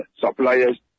suppliers